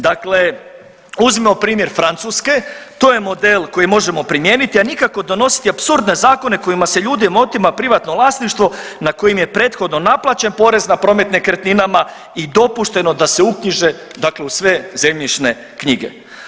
Dakle uzmimo primjer Francuske, to je model koji možemo primijeniti, a nikako donositi apsurdne zakone kojima se ljudima otima privatno vlasništvo na kojim je prethodno naplaćen porez na promet nekretninama i dopušteno da se uknjiže dakle u sve zemljišne knjige.